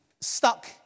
stuck